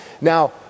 Now